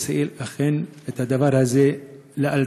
על ממשלת ישראל, לדאוג לדבר הזה לאלתר,